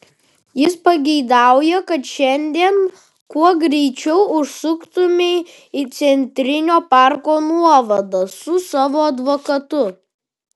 jis pageidauja kad šiandien kuo greičiau užsuktumei į centrinio parko nuovadą su savo advokatu